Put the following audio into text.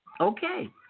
Okay